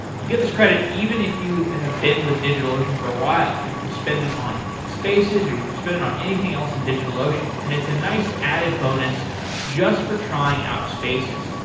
you get this credit even if you have been with digitalocean for a while. you can spend it on spaces or you can spend it on anything else in digitalocean, and it's a nice added bonus just for trying out spaces.